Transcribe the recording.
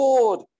Lord